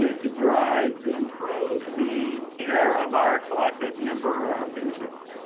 you know to drive to improve the care of our collective member our patient.